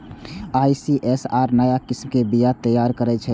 ICAR नया किस्म के बीया तैयार करै छै